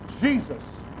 Jesus